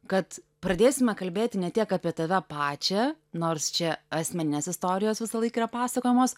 kad pradėsime kalbėti ne tiek apie tave pačią nors čia asmeninės istorijos visąlaik yra pasakojamos